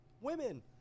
women